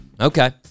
Okay